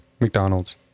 McDonald's